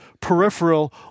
peripheral